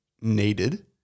needed